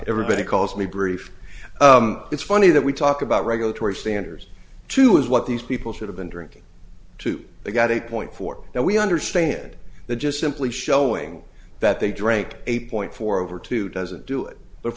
everybody calls me brief it's funny that we talk about regulatory standers too is what these people should've been drinking too they got eight point four now we understand that just simply showing that they drank eight point four over to doesn't do it but